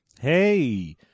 Hey